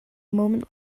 moment